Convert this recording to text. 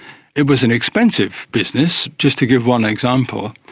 it was an expensive business, just to give one example.